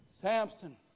Samson